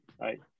right